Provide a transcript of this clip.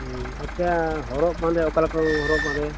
ᱦᱮᱸ ᱟᱪᱪᱷᱟ ᱦᱚᱨᱚᱜ ᱵᱟᱸᱫᱮ ᱚᱠᱟ ᱞᱮᱠᱟ ᱠᱚ ᱦᱚᱨᱚᱜ ᱵᱟᱸᱫᱮᱭᱟ